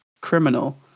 criminal